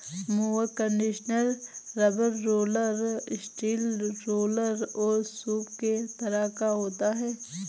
mower conditioner rubber roller, steel roller और सूप के तरह का होता है